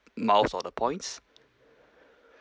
miles or the points